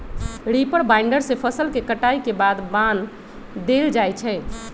reaper binder से फसल के कटाई के बाद बान देल जाई छई